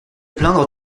plaindre